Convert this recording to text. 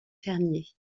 fermiers